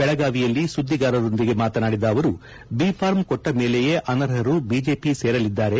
ಬೆಳಗಾವಿಯಲ್ಲಿ ಸುದ್ದಿಗಾರರೊಂದಿಗೆ ಮಾತನಾಡಿದ ಅವರು ಬಿಫಾರ್ಮ್ ಕೊಟ್ಟ ಮೇಲೆಯೇ ಅನರ್ಹರು ಬಿಜೆಪಿ ಸೇರಲಿದ್ದಾರೆ